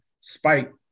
Spike